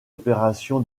opération